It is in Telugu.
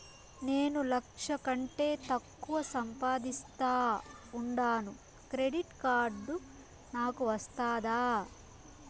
నేను లక్ష కంటే తక్కువ సంపాదిస్తా ఉండాను క్రెడిట్ కార్డు నాకు వస్తాదా